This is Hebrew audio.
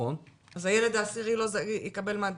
הילד ה-10 יקבל מה?